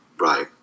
Right